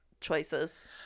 choices